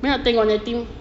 ke nak tengok